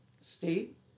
state